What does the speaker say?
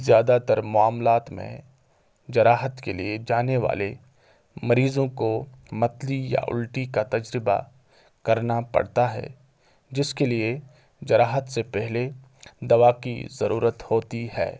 زیادہ تر معاملات میں جراحت کے لیے جانے والے مریضوں کو متلی یا الٹی کا تجربہ کرنا پڑتا ہے جس کے لیے جراحت سے پہلے دوا کی ضرورت ہوتی ہے